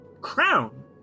crown